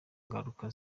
ngaruka